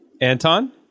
Anton